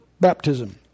baptism